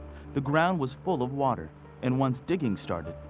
the ground was full of water and once digging started,